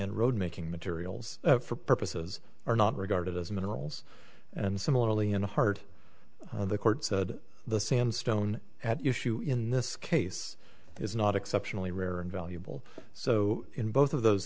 and road making materials for purposes are not regarded as minerals and similarly in the heart of the court said the sandstone at issue in this case is not exceptionally rare and valuable so in both of those